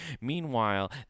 Meanwhile